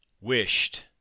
wished